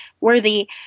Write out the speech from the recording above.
worthy